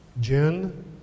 Jen